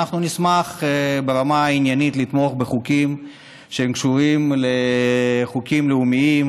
אנחנו נשמח ברמה העניינית לתמוך בחוקים שקשורים לחוקים לאומיים,